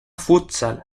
futsal